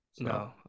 No